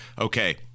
Okay